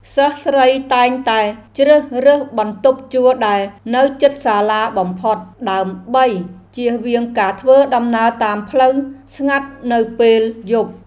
សិស្សស្រីតែងតែជ្រើសរើសបន្ទប់ជួលដែលនៅជិតសាលាបំផុត ដើម្បីជៀសវាងការធ្វើដំណើរតាមផ្លូវស្ងាត់នៅពេលយប់។